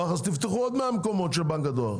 תפתחו בעוד 100 מקומות של בנק הדואר.